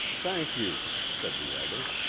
thank you, said the other.